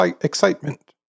excitement